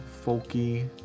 folky